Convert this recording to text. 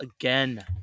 again